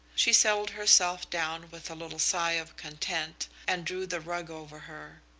she settled herself down with a little sigh of content and drew the rug over her.